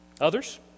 Others